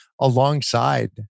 alongside